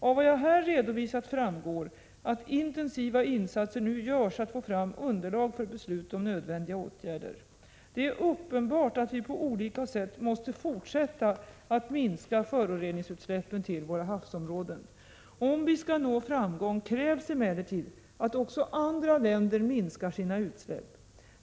Av vad jag här redovisat framgår att intensiva insatser nu görs för att få fram underlag för beslut om nödvändiga åtgärder. Det är uppenbart att vi på olika sätt måste fortsätta att minska föroreningsutsläppen till våra havsområden. Om vi skall nå framgång, krävs emellertid att också andra länder minskar sina utsläpp.